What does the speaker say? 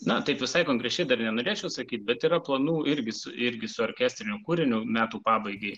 na taip visai konkrečiai dar nenorėčiau sakyt bet yra planų irgi su irgi orkestriniu kūriniu metų pabaigai